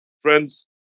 Friends